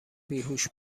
بیهوش